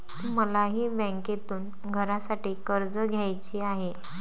मलाही बँकेतून घरासाठी कर्ज घ्यायचे आहे